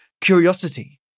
curiosity